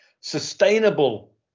Sustainable